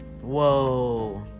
Whoa